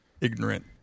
ignorant